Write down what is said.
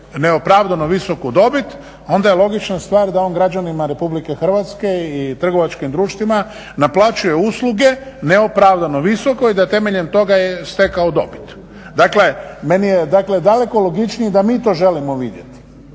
neopravdano visoku dobit onda je logična stvar da on građanima RH i trgovačkim društvima naplaćuje usluge neopravdano visoko i da temeljem toga je stekao dobit. Dakle, meni je dakle daleko logičnije da mi to želimo vidjeti.